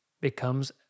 becomes